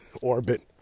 orbit